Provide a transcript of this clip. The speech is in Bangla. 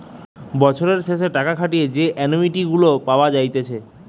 বছরের শেষে টাকা খাটিয়ে যে অনুইটি গুলা পাওয়া যাইতেছে